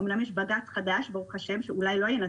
אומנם יש בג"ץ חדש, ברוך השם, שאולי לא ינתקו,